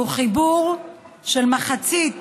שהוא חיבור של מחצית